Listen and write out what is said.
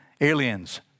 aliens